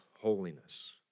holiness